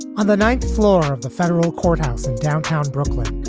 on the ninth floor of the federal courthouse in downtown brooklyn,